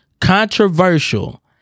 controversial